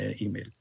email